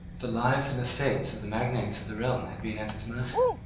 the lives and estates of the magnates of the realm had been at his mercy.